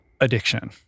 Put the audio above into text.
addiction